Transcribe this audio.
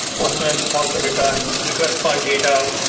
postman also returns request file data.